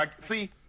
See